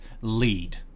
lead